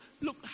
look